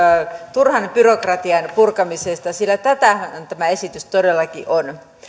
turhan byrokratian purkamisesta sillä tätähän tämä esitys todellakin on